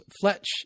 Fletch